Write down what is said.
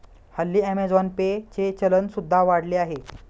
हल्ली Amazon Pay चे चलन सुद्धा वाढले आहे